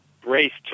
braced